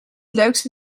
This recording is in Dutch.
leukste